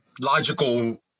logical